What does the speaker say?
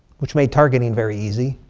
which made targeting very easy.